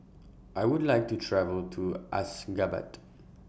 I Would like to travel to Ashgabat